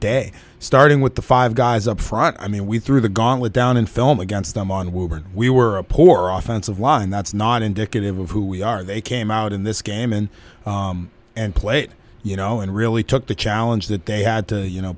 day starting with the five guys up front i mean we threw the gauntlet down in film against them onward we were poor often civil and that's not indicative of who we are they came out in this game and and played you know and really took the challenge that they had to you know